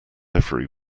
every